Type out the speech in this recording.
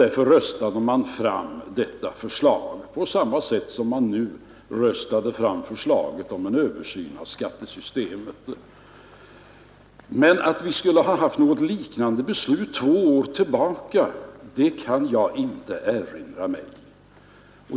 Därför röstar man fram detta förslag på samma sätt som man nu röstade fram förslaget om en översyn av skattesystemet. Men att vi skulle ha haft något liknande beslut för två år sedan kan jag inte erinra mig.